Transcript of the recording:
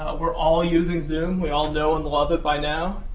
we're all using zoom. we all know and love it by now.